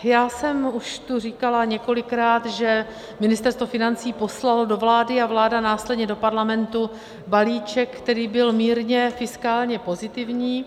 Já jsem už tu říkala několikrát, že Ministerstvo financí poslalo do vlády a vláda následně do Parlamentu balíček, který byl mírně fiskálně pozitivní.